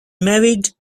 married